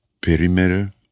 perimeter